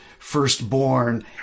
firstborn